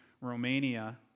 Romania